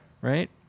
Right